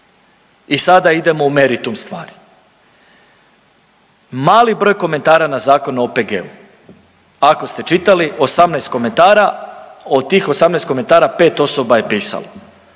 I sada idemo u meritum stvari, malo broj komentara na Zakon o OPG-u, ako ste čitali 18 komentara od tih 18 komentara pet osoba je pisalo.